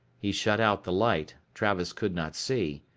he shut out the light, travis could not see.